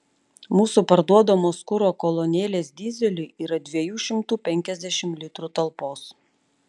mūsų parduodamos kuro kolonėlės dyzeliui yra dviejų šimtų penkiasdešimt litrų talpos